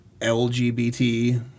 LGBT